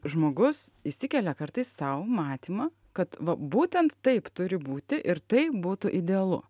žmogus išsikelia kartais sau matymą kad va būtent taip turi būti ir tai būtų idealu